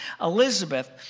Elizabeth